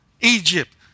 Egypt